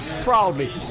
proudly